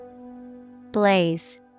Blaze